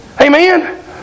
Amen